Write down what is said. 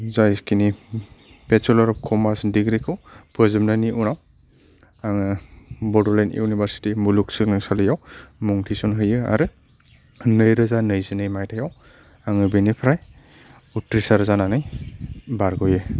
जायखिनि bachelor of commerce डिग्रिखौ फोजोबनायनि उनाय आङो बड'लेन्ड इउनिभारसिटि मुलुग सोलोंसालिआव मुं थिसन हैयो आरो नैरोजा नैजिनै माइथायाव आङो बेनिफ्राय उथ्रिसार जानानै बारग'यो